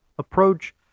approach